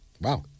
wow